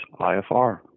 IFR